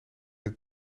het